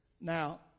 Now